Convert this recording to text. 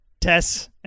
Tess